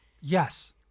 Yes